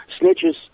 Snitches